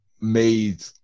made